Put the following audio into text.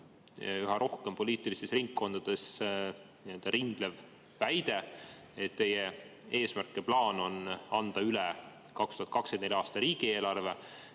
üha rohkem poliitilistes ringkondades ringlev väide, et teie eesmärk ja plaan on anda üle 2024. aasta riigieelarve